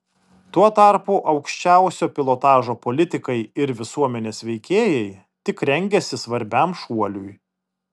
tuo tarpu aukščiausio pilotažo politikai ir visuomenės veikėjai tik rengiasi svarbiam šuoliui